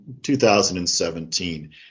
2017